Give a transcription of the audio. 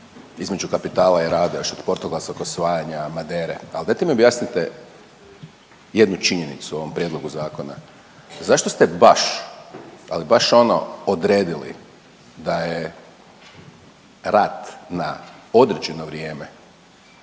između kapitala i rada još od portugalskog osvajanja Madere, ali dajte mi objasnite jednu činjenicu u ovom prijedlogu zakona. Zašto ste baš, ali baš ono odredili da je rad na određeno vrijeme